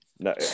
No